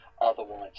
otherwise